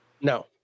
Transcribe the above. No